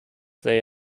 they